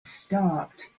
start